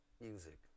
music